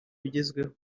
bigezweho